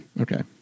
Okay